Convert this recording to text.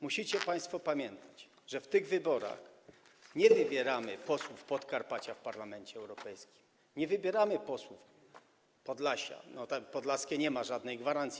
Musicie państwo pamiętać, że w tych wyborach nie wybieramy posłów Podkarpacia do Parlamentu Europejskiego, nie wybieramy posłów Podlasia - podlaskie nie ma żadnej gwarancji.